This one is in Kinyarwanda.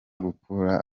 gukurura